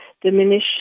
diminish